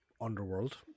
underworld